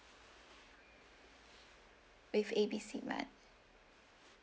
with A B C mart